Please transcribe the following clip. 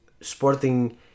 Sporting